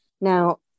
Now